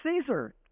Caesar